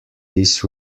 this